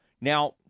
Now